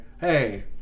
hey